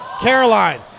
Caroline